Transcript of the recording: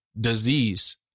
disease